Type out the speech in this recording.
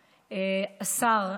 השר,